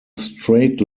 straight